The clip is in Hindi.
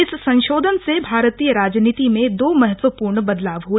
इस संशोधन से भारतीय राजनीति में दो महत्वपूर्ण बदलाव हुए